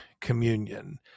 communion